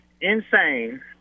insane